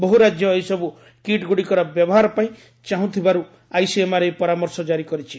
ବହୁ ରାଜ୍ୟ ଏହିସବୁ କିଟ୍ ଗୁଡ଼ିକର ବ୍ୟବହାର ପାଇଁ ଚାହୁଁଥିବାରୁ ଆଇସିଏମ୍ଆର୍ ଏହି ପରାମର୍ଶ ଜାରି କରିଛି